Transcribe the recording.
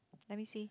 let me see